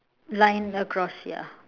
line across ya